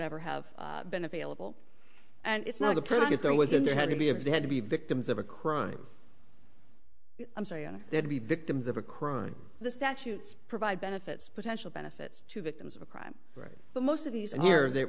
ever have been available and it's not a perfect there was and they had to be if they had to be victims of a crime i'm sorry and then to be victims of a crime the statutes provide benefits potential benefits to victims of a crime but most of these in here that